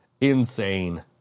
Insane